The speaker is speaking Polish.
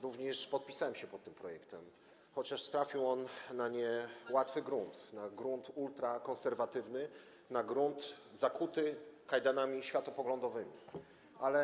Również podpisałem się pod tym projektem, chociaż trafił on na niełatwy grunt, na grunt ultrakonserwatywny, na grunt zakuty w kajdany światopoglądowe.